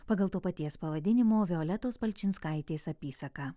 pagal to paties pavadinimo violetos palčinskaitės apysaką